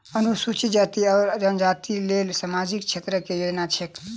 अनुसूचित जाति वा जनजाति लेल सामाजिक क्षेत्रक केँ योजना छैक?